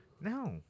No